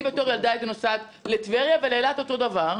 אני בתור ילדה הייתי נוסעת לטבריה ולאילת אותו דבר,